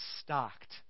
stocked